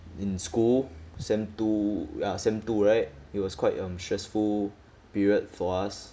in school sem two ya sem two right it was quite um stressful period for us